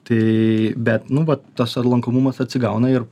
tai bet nu vat tas lankomumas atsigauna ir